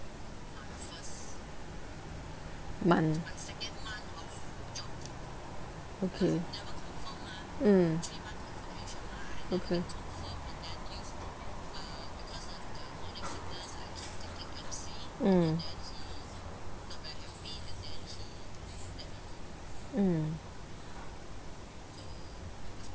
month okay mm okay mm mm